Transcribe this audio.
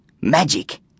Magic